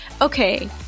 okay